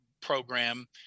program